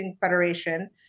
Federation